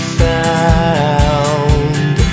found